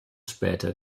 später